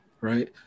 Right